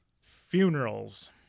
funerals